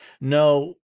No